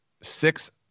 six